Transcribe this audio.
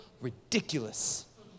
ridiculous